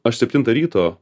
aš septintą ryto